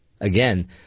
Again